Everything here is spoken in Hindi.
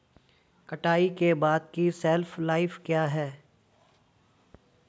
कटाई के बाद की शेल्फ लाइफ क्या है?